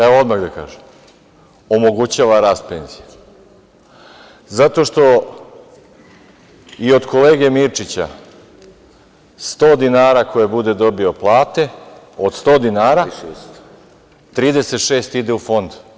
Evo, odmah da kažem, omogućava rast penzija zato što i od kolege Mirčića 100 dinara koje bude dobio od plate, od 100 dinara 36 ide u PIO fond.